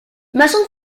muzzle